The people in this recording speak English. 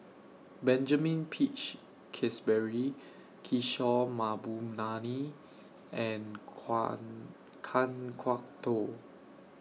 Benjamin Peach Keasberry Kishore Mahbubani and Kan Kwok Toh